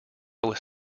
was